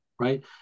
right